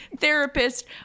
therapist